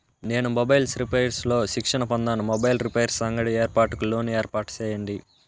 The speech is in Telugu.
నేను మొబైల్స్ రిపైర్స్ లో శిక్షణ పొందాను, మొబైల్ రిపైర్స్ అంగడి ఏర్పాటుకు లోను ఏర్పాటు సేయండి?